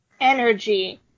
energy